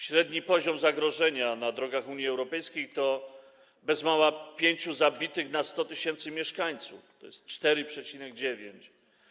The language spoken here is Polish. Średni poziom zagrożenia na drogach Unii Europejskiej to bez mała pięciu zabitych na 100 tys. mieszkańców, to jest 4,9.